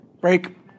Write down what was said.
break